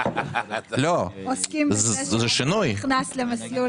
הם עוסקים בזה שמי שנכנס למסלול